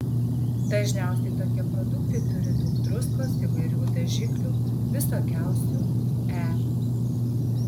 dažniausiai tokie produktai turi daug druskos įvairių dažiklių visokiausių e